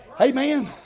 amen